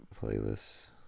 Playlist